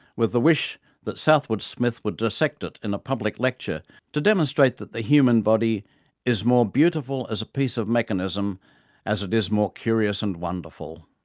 with the wish that southwood smith would dissect it in a public lecture to demonstrate that the human body is more beautiful as a piece of mechanism as it is more curious and wonderful.